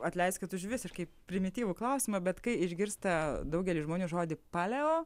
atleiskit už visiškai primityvų klausimą bet kai išgirsta daugelis žmonių žodį paleo